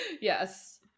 Yes